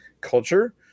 culture